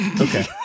Okay